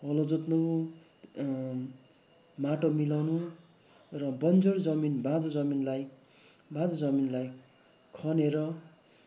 हलो जोत्नु माटो मिलाउनु र बन्जर जमिन बाँजो जमिनलाई बाँजो जमिनलाई खनेर